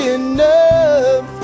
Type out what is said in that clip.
enough